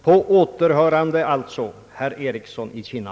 På återhörande alltså, herr Ericsson 1 Kinna!